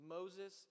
Moses